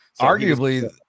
Arguably